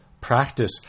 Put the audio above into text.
practice